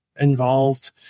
involved